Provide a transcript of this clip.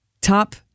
Top